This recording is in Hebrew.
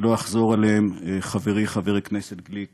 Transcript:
לא אחזור עליהם, חברי חבר הכנסת גליק